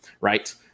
right